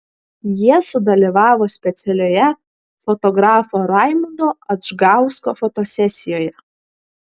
jie sudalyvavo specialioje fotografo raimundo adžgausko fotosesijoje